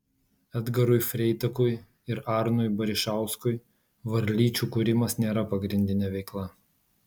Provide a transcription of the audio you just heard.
edgarui freitakui ir arnui barišauskui varlyčių kūrimas nėra pagrindinė veikla